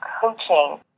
coaching